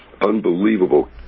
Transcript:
unbelievable